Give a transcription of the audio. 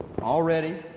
Already